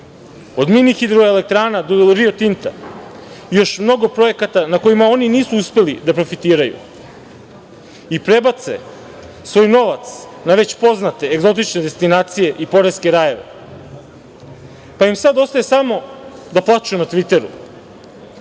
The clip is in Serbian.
od mini-hidroelektrana do Rio Tinta i još mnogo projekata na kojima oni nisu uspeli da profitiraju i prebace svoj novac na već poznate egzotične destinacije i poreske rajeve, pa im sad ostaje samo da plaču na tviteru. Sada